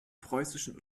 preußischen